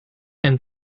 and